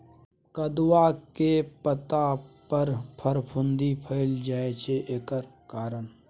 कदुआ के पता पर फफुंदी भेल जाय छै एकर कारण?